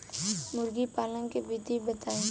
मुर्गीपालन के विधी बताई?